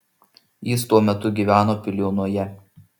jis tuo metu gyveno piliuonoje